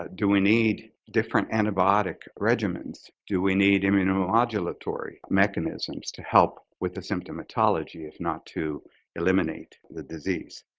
do we need different antibiotic regimens? do we need immunomodulatory mechanisms to help with the symptomatology if not to eliminate the disease?